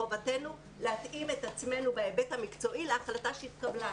מחובתנו להתאים את עצמנו בהיבט המקצועי להחלטה שהתקבלה.